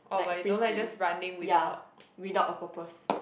like frisbee ya without a purpose